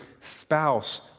spouse